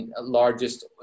largest